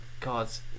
God's